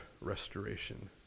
restoration